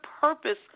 purpose